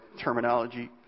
terminology